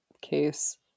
case